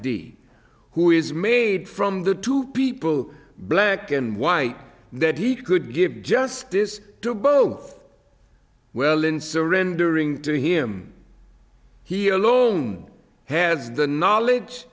men he who is made from the two people black and white that he could give justice to both well in surrendering to him he along has the knowledge